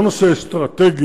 לא נושא אסטרטגי,